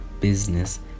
business